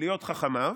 להיות חכמיו?